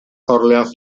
orleans